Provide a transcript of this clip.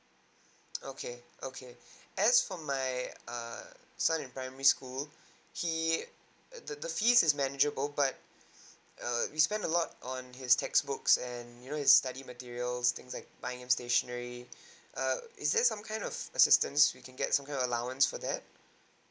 okay okay as for my uh son in primary school he the the fees is manageable but err we spend a lot on his textbooks and you know his study material things like buying him stationery err is there some kind of assistance we can get some kind of allowance for that